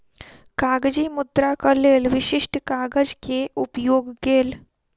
कागजी मुद्राक लेल विशिष्ठ कागज के उपयोग गेल